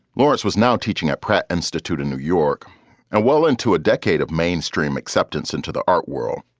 lawrence was now teaching at pratt institute in new york and well into a decade of mainstream acceptance into the art world.